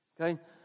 Okay